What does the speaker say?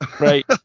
right